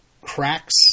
cracks